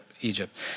Egypt